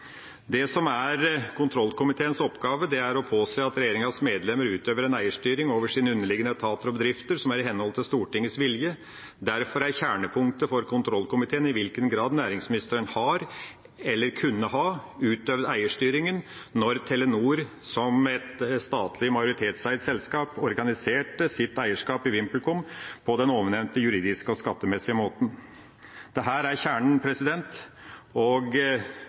Det som er kontrollkomiteens oppgave, er å påse at regjeringas medlemmer utøver en eierstyring over sine underliggende etater og bedrifter som er i henhold til Stortingets vilje. Derfor er kjernepunktet for kontrollkomiteen i hvilken grad næringsministeren har, eller kunne ha, utøvd eierstyring da Telenor, som et statlig majoritetseid selskap, organiserte sitt eierskap i VimpelCom på den ovennevnte juridiske og skattemessige måten. Dette er kjernen. Det er sjølsagt statsrådens eierstyring og